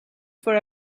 for